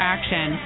Action